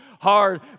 hard